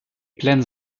plaines